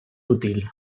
útil